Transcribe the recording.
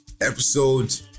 episode